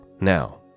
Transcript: Now